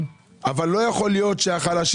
אבל לא יכול להיות שהחלשים,